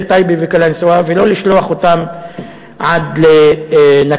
לתושבי טייבה וקלנסואה, ולא לשלוח אותם עד נתניה.